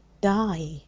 die